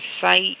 site